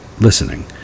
listening